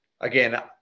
again